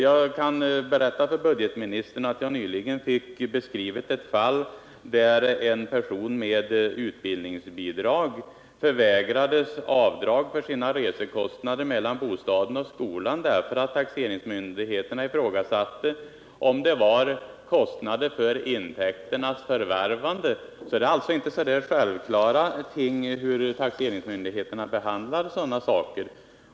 Jag kan berätta för budgetministern att jag nyligen fick beskrivet ett fall där en person med utbildningsbidrag förvägrades avdrag för sina resekostnader mellan bostaden och skolan därför att taxeringsmyndigheterna ifrågasatte om det var kostnader för intäkternas förvärvande. Det är alltså inte alldeles självklart hur taxeringsmyndigheterna behandlar sådana saker.